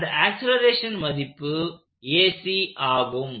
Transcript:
அந்த ஆக்சலேரேஷன் மதிப்பு ஆகும்